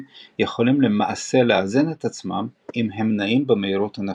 יכולים למעשה לאזן את עצמם אם הם נעים במהירות הנכונה.